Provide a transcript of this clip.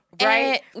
Right